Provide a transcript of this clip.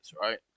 right